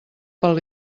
pel